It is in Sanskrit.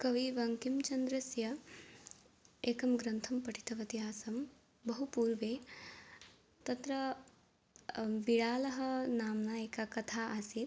कवि बन्किम्चन्द्रस्य एकं ग्रन्थं पठितवती आसम् बहुपूर्वं तत्र बिडालः नाम्ना एका कथा आसीत्